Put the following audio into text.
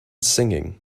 singing